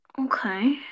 okay